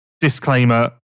disclaimer